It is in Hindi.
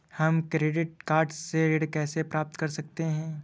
हम क्रेडिट कार्ड से ऋण कैसे प्राप्त कर सकते हैं?